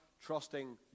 trusting